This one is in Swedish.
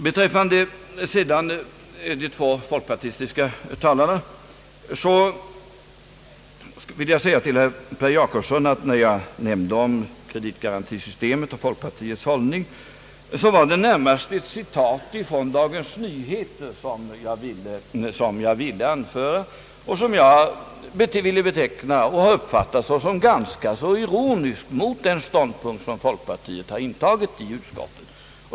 Vad de två folkpartistiska talarna beträffar vill jag säga till herr Per Jacobsson, att när jag nämnde kreditgarantisystemet och folkpartiets hållning var det närmast ett citat från Dagens Nyheter som jag uppfattat som ganska ironiskt mot den ståndpunkt som folkpartiet intagit i utskottet.